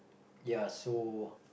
ya so